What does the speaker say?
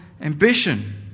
ambition